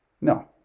No